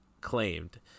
claimed